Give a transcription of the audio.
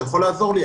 אתה יכול לעזור לי,